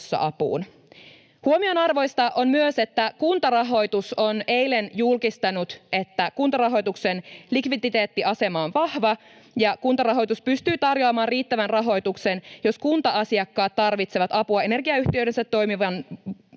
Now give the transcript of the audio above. Huomionarvoista on myös, että Kuntarahoitus on eilen julkistanut, että Kuntarahoituksen likviditeettiasema on vahva ja Kuntarahoitus pystyy tarjoamaan riittävän rahoituksen, jos kunta-asiakkaat tarvitsevat apua energiayhtiöidensä toiminnan